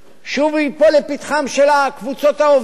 ושוב הוא ייפול לפתחן של הקבוצות העובדות,